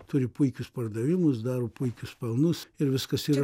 turi puikius pardavimus daro puikius pelnus ir viskas yra